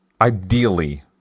Ideally